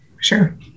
Sure